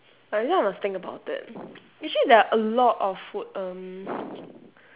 every time I must think about it actually there are a lot of food um